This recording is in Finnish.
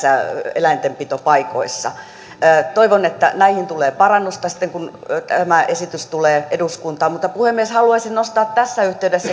eläintenpitopaikoissa toivon että näihin tulee parannusta sitten kun tämä esitys tulee eduskuntaan puhemies haluaisin myös nostaa tässä yhteydessä